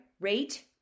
rate